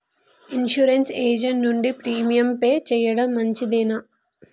Insurance agent నుండి premium pay చేయడం మంచిదేనా?